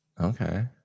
Okay